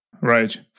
Right